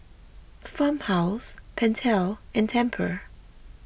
Farmhouse Pentel and Tempur